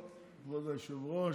טוב, כבוד היושב-ראש,